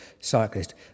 cyclist